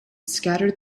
scattered